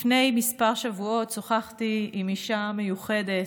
לפני כמה שבועות שוחחתי עם אישה מיוחדת,